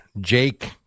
Jake